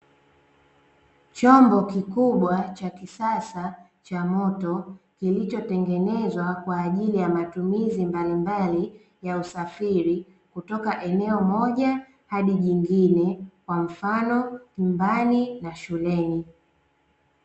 Chombo kikubwa cha kisasa cha moto, kilichotengenezwa kwa ajili ya matumizi mbalimbali ya usafiri kutoka eneo moja hadi jingine kwa mfano nyumbani na shuleni.